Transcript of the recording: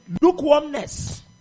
lukewarmness